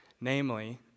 Namely